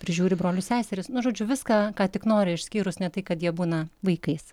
prižiūri brolius seseris nu žodžiu viską ką tik nori išskyrus ne tai kad jie būna vaikais